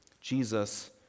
Jesus